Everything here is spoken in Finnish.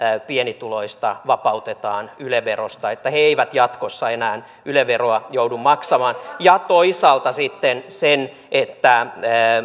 pienituloista vapautetaan yle verosta ja että he eivät jatkossa enää yle veroa joudu maksamaan ja toisaalta sitten sen että